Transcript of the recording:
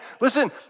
Listen